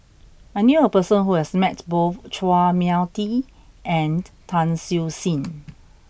I knew a person who has met both Chua Mia Tee and Tan Siew Sin